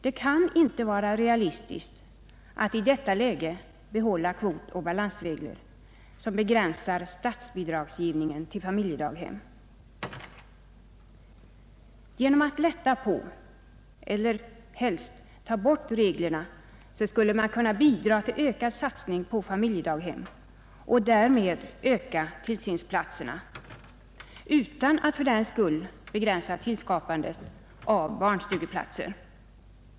Det kan inte vara realistiskt att i detta läge behålla kvotoch balansregler som begränsar statsbidragsgivningen till familjedaghem. Genom att lätta på eller helst ta bort reglerna skulle man bidra till ökad satsning på familjedaghem och därmed öka tillsynsplatserna utan att fördenskull begränsa tillskapandet av barnstugeplatser.